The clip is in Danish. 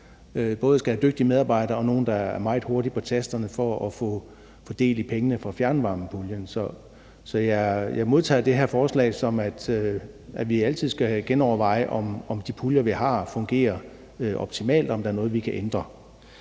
både skal have dygtige medarbejdere og nogle, der er meget hurtige på tasterne, for at få del i pengene fra fjernvarmepuljen. Så jeg modtager det her forslag sådan, at vi altidskal genoverveje, om de puljer, vi har, fungerer optimalt, og om der er noget, vi kan ændre.